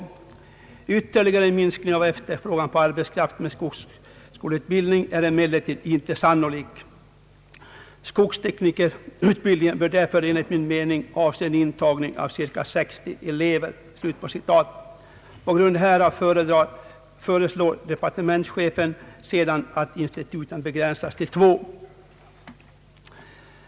Ytterligare minskning av efterfrågan på arbetskraft med skogsskoleutbildning är emellertid inte sannolik. Skogsteknikerutbildningen bör därför enligt min mening avse en intagning av ca 60 elever.» På grund härav föreslår departementschefen sedan att instituten begränsas till två.